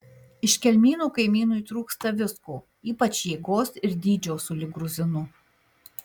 iš kelmynų kaimynui trūksta visko ypač jėgos ir dydžio sulig gruzinu